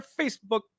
facebook